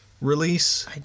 release